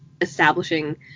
establishing